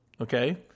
Okay